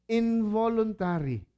involuntary